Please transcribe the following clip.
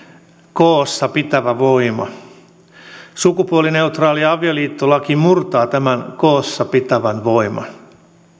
koossa pitävä voima sukupuolineutraali avioliittolaki murtaa tämän koossa pitävän voiman